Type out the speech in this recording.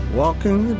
walking